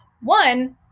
one